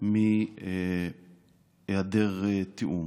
מהיעדר תיאום.